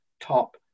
top